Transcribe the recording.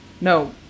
No